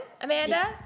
Amanda